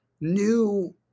new